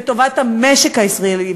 לטובת המשק הישראלי?